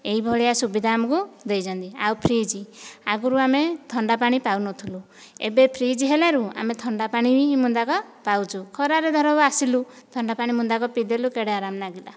ଏହିଭଳିଆ ସୁବିଧା ଆମକୁ ଦେଇଛନ୍ତି ଆଉ ଫ୍ରିଜ୍ ଆଗରୁ ଆମେ ଥଣ୍ଡାପାଣି ପାଉନଥିଲୁ ଏବେ ଫ୍ରିଜ୍ ହେଲାରୁ ଆମେ ଥଣ୍ଡାପାଣି ବି ବୁନ୍ଦକ ପାଉଛୁ ଖରାରୁ ଧର ଆସିଲୁ ଥଣ୍ଡାପାଣି ବୁନ୍ଦାକ ପିଇଦେଲୁ କେଡ଼େ ଆରାମ ଲାଗିଲା